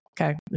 Okay